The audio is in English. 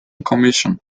commission